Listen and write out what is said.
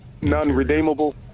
non-redeemable